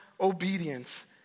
obedience